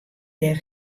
dêr